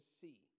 see